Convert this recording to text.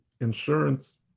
insurance